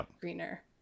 greener